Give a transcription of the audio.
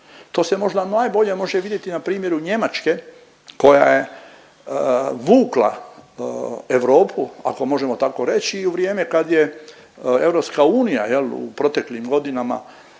To se možda najbolje može vidjeti na primjeru Njemačke koja je vukla Europu ako možemo tako reći i u vrijeme kad je EU jel u proteklim godinama